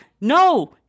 no